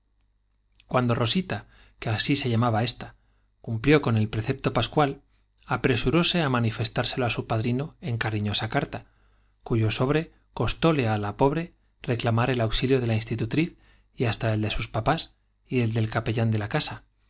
cuando rosita que así se llamaba ésta cumplió el precepto á manifestárselo con pascual apresuróse á su padrino en cariñosa carta cuyo sobre costóle á de la institutriz y hasta la pobre reclamar el auxilio y el de sus papás y el del capellán de la casa